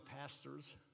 pastors